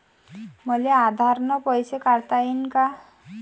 मले आधार न पैसे काढता येईन का?